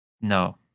No